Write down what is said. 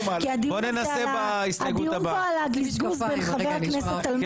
כי הדיון פה על הגזגוז בין חבר הכנסת אלמוג